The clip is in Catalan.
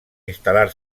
instal·lar